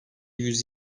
yüz